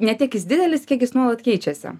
ne tik jis didelis kiek jis nuolat keičiasi